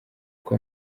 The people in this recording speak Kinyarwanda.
uko